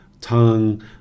tongue